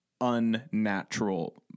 unnatural